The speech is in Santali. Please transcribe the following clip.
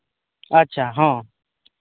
ᱟᱪᱪᱷᱟ ᱦᱚᱸ